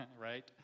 right